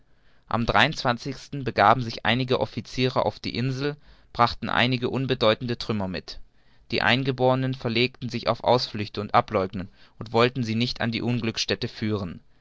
am dreiundzwanzigsten begaben sich einige officiere auf die insel und brachten einige unbedeutende trümmer mit die eingeborenen verlegten sich auf ausflüchte und ableugnen und wollten sie nicht an die unglücksstätte führen